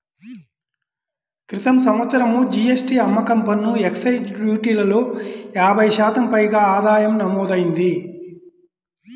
క్రితం సంవత్సరం జీ.ఎస్.టీ, అమ్మకం పన్ను, ఎక్సైజ్ డ్యూటీలలో యాభై శాతం పైగా ఆదాయం నమోదయ్యింది